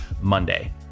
Monday